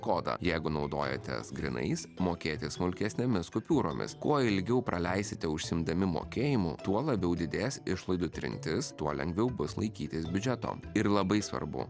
kodą jeigu naudojatės grynais mokėti smulkesnėmis kupiūromis kuo ilgiau praleisite užsiimdami mokėjimu tuo labiau didės išlaidų trintis tuo lengviau bus laikytis biudžeto ir labai svarbu